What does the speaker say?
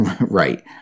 Right